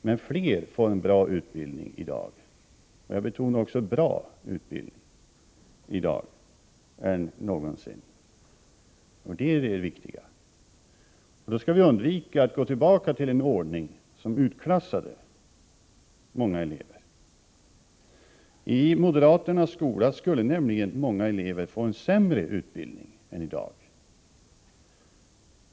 Men fler får en bra utbildning — och jag betonar bra utbildning —i dag än någonsin tidigare. Det är det som är det viktiga. Då skall vi undvika att gå tillbaka till en ordning som utklassade många elever. I moderaternas skola skulle nämligen många elever få en sämre utbildning än i dag.